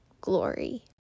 glory